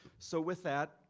so with that,